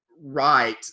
right